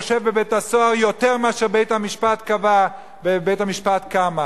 יושב בבית-הסוהר יותר זמן מאשר קבע בית-המשפט קמא?